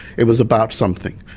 it was about something.